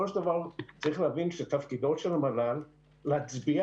צריך להבין שתפקידו של המל"ל להצביע